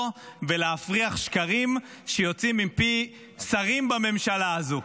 ולהפריך שקרים שיוצאים מפי שרים בממשלה הזו.